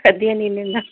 ಅದೇನ್ ಏನಿಲ್ಲ